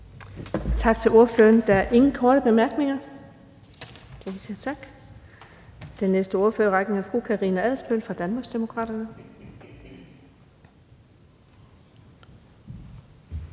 Tak til ordføreren. Der er ingen korte bemærkninger. Den næste ordfører i rækken er fru Karina Adsbøl fra Danmarksdemokraterne.